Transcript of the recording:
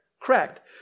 correct